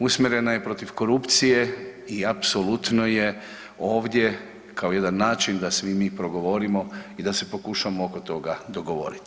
Usmjerena je protiv korupcije i apsolutno je ovdje kao jedan način da svi mi progovorimo i da se pokušamo oko toga dogovoriti.